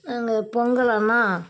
நாங்கள் பொங்கல் ஆனால்